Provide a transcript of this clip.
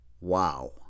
Wow